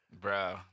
bro